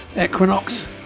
Equinox